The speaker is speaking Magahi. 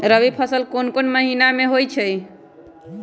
रबी फसल कोंन कोंन महिना में होइ छइ?